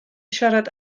siarad